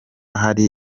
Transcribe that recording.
hari